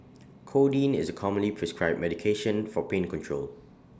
codeine is commonly prescribed medication for pain control